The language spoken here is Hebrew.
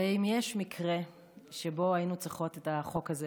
ואם יש מקרה שבו היינו צריכות את החוק הזה